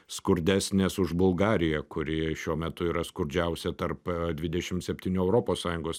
skurdesnės už bulgariją kuri šiuo metu yra skurdžiausia tarp dvidešim septynių europos sąjungos